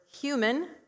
human